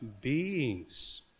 beings